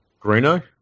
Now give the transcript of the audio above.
Greeno